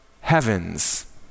heavens